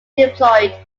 diploid